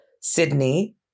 Sydney